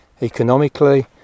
Economically